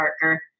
Parker